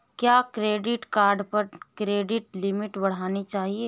क्या credit card पर credit limit बढ़ानी चाहिए?